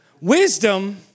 wisdom